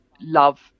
love